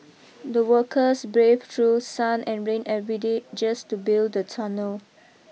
the workers braved through sun and rain every day just to build the tunnel